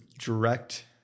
direct